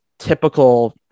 typical